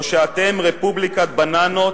או שאתם רפובליקת בננות,